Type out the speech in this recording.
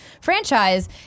franchise